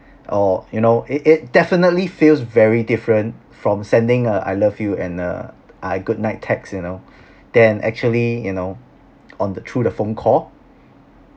or you know it it definitely feels very different from sending a I love you and a uh good night text you know than actually you know on the through the phone call